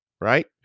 right